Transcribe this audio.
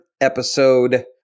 episode